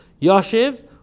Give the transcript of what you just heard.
Yashiv